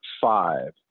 five